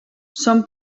són